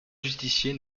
justicier